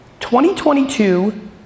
2022